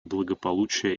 благополучия